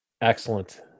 Excellent